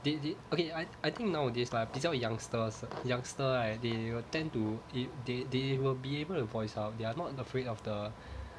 this this okay I I think nowadays lah 比较 youngsters youngster right they will tend to they they will be able to voice out they're not afraid of the